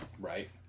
Right